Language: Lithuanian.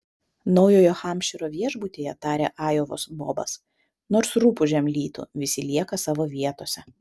naujojo hampšyro viešbutyje tarė ajovos bobas nors rupūžėm lytų visi lieka savo vietose